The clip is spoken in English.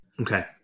Okay